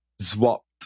swapped